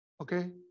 okay